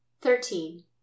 Thirteen